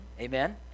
amen